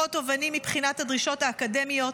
תובעני פחות מבחינת הדרישות האקדמיות,